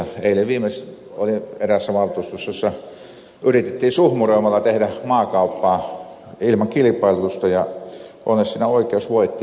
eilen viimeksi olin eräässä valtuustossa jossa yritettiin suhmuroimalla tehdä maakauppaa ilman kilpailutusta ja onneksi siinä oikeus voitti